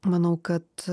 manau kad